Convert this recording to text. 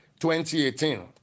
2018